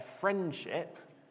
friendship